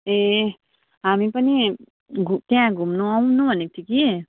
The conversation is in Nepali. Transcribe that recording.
ए हामी पनि घु त्यहाँ घुम्नु आउनु भनेको थियौँ कि